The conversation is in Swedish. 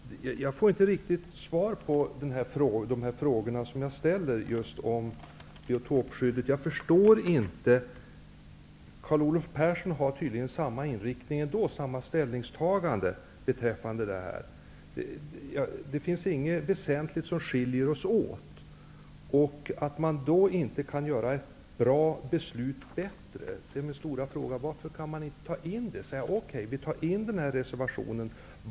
Herr talman! Jag får inte riktigt svar på mina frågor om biotopskyddet. Carl Olov Persson har tydligen samma inställning beträffande detta. Det finns inte något väsentligt som skiljer oss åt. Att man då inte kan göra ett bra beslut bättre, förstår jag inte. Varför kan man inte säga: Vi tar in reservationen.